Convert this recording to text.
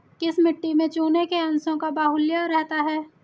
किस मिट्टी में चूने के अंशों का बाहुल्य रहता है?